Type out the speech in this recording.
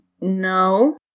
no